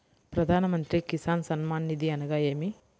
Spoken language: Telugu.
ప్రధాన మంత్రి కిసాన్ సన్మాన్ నిధి అనగా ఏమి?